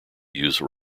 use